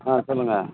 ஆ சொல்லுங்கள்